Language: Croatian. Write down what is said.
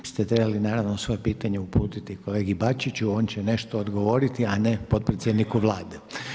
Vi ste trebali naravno svoje pitanje uputiti kolegi Bačiću, on će nešto odgovoriti, a ne potpredsjedniku Vlade.